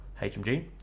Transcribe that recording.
HMG